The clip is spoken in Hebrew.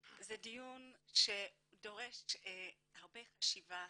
זה דיון שדורש הרבה חשיבה,